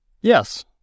Yes